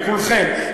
לכולכם,